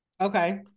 Okay